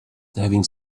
having